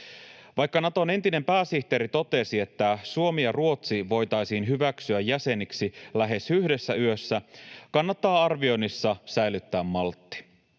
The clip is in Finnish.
Vaikka Naton entinen pääsihteeri totesi, että Suomi ja Ruotsi voitaisiin hyväksyä jäseniksi lähes yhdessä yössä, kannattaa arvioinnissa säilyttää maltti.